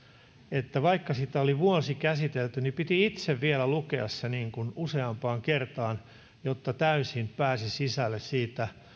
että vaikka sitä oli vuosi käsitelty niin piti itse vielä lukea se useampaan kertaan jotta täysin pääsi sisälle siitä